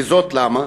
וזאת למה?